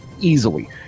easily